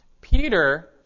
Peter